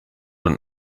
und